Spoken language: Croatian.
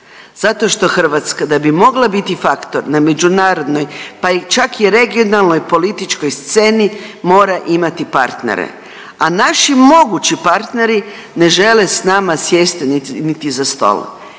Zato što Hrvatska da bi mogla biti faktor na međunarodnoj, pa i čak i regionalnoj političkoj sceni mora imati partnere. A naši mogući partneri ne žele s nama sjesti niti za stol.